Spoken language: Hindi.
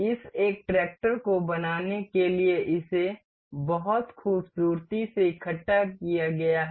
इस एक ट्रैक्टर को बनाने के लिए इसे बहुत खूबसूरती से इकट्ठा किया गया है